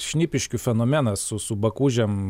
šnipiškių fenomenas su su bakūžėm